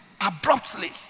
abruptly